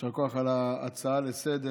יישר כוח על ההצעה לסדר-היום,